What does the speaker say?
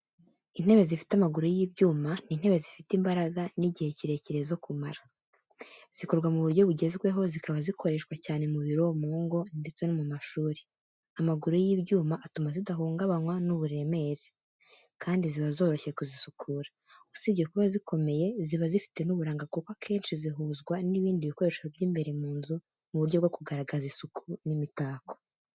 Intebe zifite amaguru y’ibyuma ni intebe zifite imbaraga n’igihe kirekire zo kumara. Zikorwa mu buryo bugezweho, zikaba zikoreshwa cyane mu biro, mu ngo ndetse no mu mashuri. Amaguru y’ibyuma atuma zidahungabanywa n’uburemere, kandi ziba zoroshye kuzisukura. Usibye kuba zikomeye, ziba zifite n’uburanga kuko akenshi zihuzwa n’ibindi bikoresho by’imbere mu nzu mu buryo bwo kugaragaza isuku n’imitako.